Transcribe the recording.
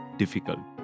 difficult